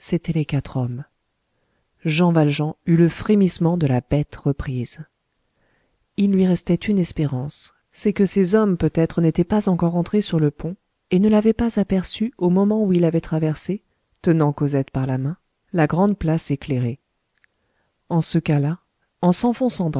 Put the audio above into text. les quatre hommes jean valjean eut le frémissement de la bête reprise il lui restait une espérance c'est que ces hommes peut-être n'étaient pas encore entrés sur le pont et ne l'avaient pas aperçu au moment où il avait traversé tenant cosette par la main la grande place éclairée en ce cas-là en s'enfonçant